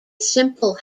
simple